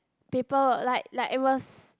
paper like like it was